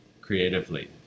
Creatively